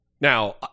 now